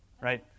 right